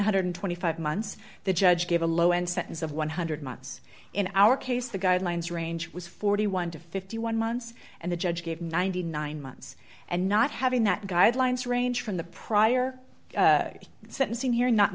hundred and twenty five months the judge gave a low end sentence of one hundred months in our case the guidelines range was forty one to fifty one months and the judge gave ninety nine months and not having that guidelines range from the prior sentencing hearing not